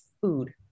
Food